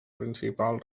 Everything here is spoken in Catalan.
principal